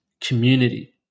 community